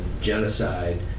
genocide